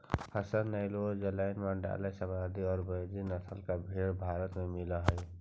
हसन, नैल्लोर, जालौनी, माण्ड्या, शाहवादी और बजीरी नस्ल की भेंड़ भारत में मिलअ हई